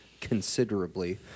considerably